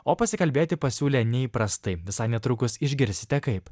o pasikalbėti pasiūlė neįprastai visai netrukus išgirsite kaip